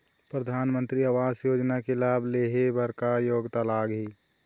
परधानमंतरी आवास योजना के लाभ ले हे बर का योग्यता लाग ही?